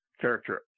character